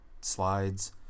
slides